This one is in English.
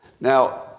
Now